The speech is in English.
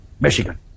Michigan